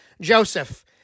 Joseph